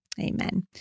amen